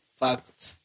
facts